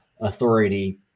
authority